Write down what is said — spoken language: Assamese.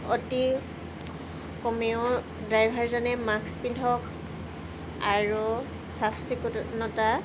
অতি কমেও ড্ৰাইভাৰজনে মাস্ক পিন্ধক আৰু চাফ চিকুণতা